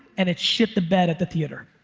and it's shit the bed at the theater?